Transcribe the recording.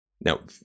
Now